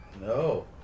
No